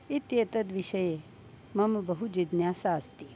इत्येतद्विषये मम बहु जिज्ञासा अस्ति